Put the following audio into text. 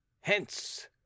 hence